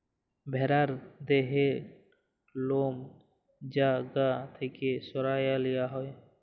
ভ্যারার দেহর লম যা গা থ্যাকে সরাঁয় লিয়া হ্যয়